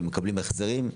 ומקבלים החזרים.